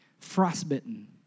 frostbitten